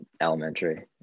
elementary